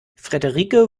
frederike